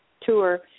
tour